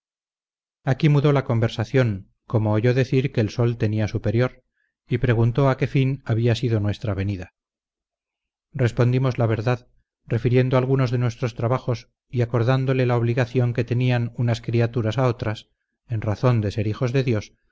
aquí mudó la conversación como oyó decir que el sol tenía superior y preguntó a qué fin había sido nuestra venida respondimos la verdad refiriendo algunos de nuestros trabajos y acordándole la obligación que tenían unas criaturas a otras en razón de ser hijos de dios